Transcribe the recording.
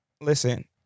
listen